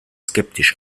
skeptisch